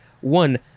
One